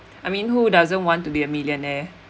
I mean who doesn't want to be a millionaire